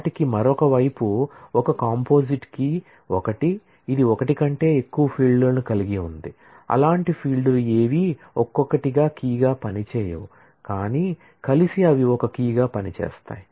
వాటికి మరొక వైపు ఒక కంపోజిట్ కీ ఒకటి ఇది ఒకటి కంటే ఎక్కువ ఫీల్డ్లను కలిగి ఉంది అలాంటి ఫీల్డ్లు ఏవీ ఒక్కొక్కటిగా కీగా పనిచేయవు కానీ కలిసి అవి ఒక కీగా పనిచేస్తాయి